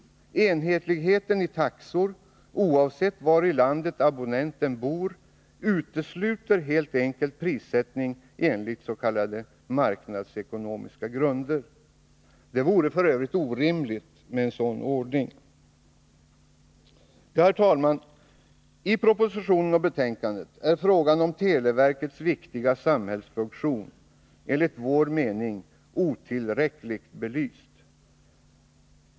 Enhetlighet i taxor oavsett var i landet abonnenten bor utesluter helt enkelt prissättning enligt s.k. marknadsekonomiska grunder. En sådan ordning vore f. ö. orimlig. Herr talman! I propositionen och betänkandet är frågan om televerkets viktiga samhällsfunktioner otillräckligt belyst.